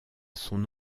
son